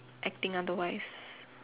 acting otherwise